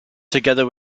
together